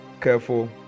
careful